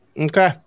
Okay